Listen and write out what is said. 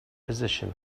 position